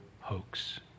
hoax